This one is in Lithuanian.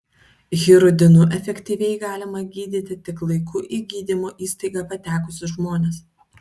hirudinu efektyviai galima gydyti tik laiku į gydymo įstaigą patekusius žmones